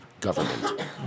government